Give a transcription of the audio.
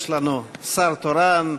יש לנו שר תורן,